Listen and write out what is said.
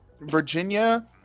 Virginia